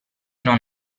non